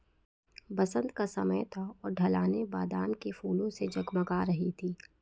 बसंत का समय था और ढलानें बादाम के फूलों से जगमगा रही थीं